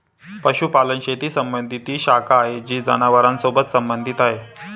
पशुपालन शेती संबंधी ती शाखा आहे जी जनावरांसोबत संबंधित आहे